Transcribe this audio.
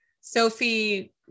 Sophie